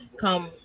Come